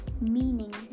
meaning